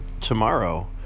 tomorrow